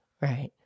Right